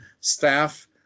staff